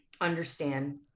understand